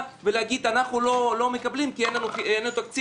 ולהגיד אנחנו לא מקבלים כי אין לנו תקציב.